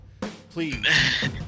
Please